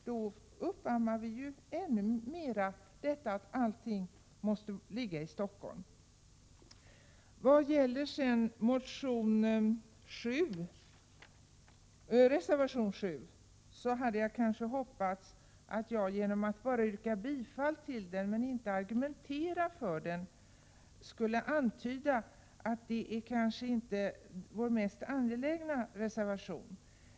Då uppammar vi ju ännu mer inställningen att allting måste ligga i Stockholm. När det gäller reservation 7 hade jag hoppats att jag genom att endast yrka . bifall till den och inte argumentera för den skulle antyda att den inte är vår mest angelägna reservation.